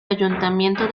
ayuntamiento